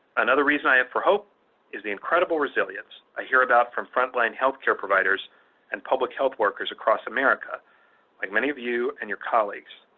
another reason i have for hope is the incredible resilience i hear about from front line healthcare providers and public health workers across america like many of you and your colleagues.